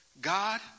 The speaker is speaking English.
God